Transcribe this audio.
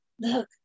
look